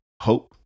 hope